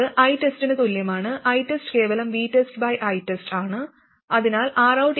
അത് ITEST ന് തുല്യമാണ് ITEST കേവലം VTESTITEST ആണ്